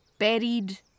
buried